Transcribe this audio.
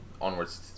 onwards